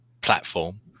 platform